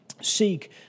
seek